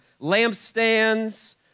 lampstands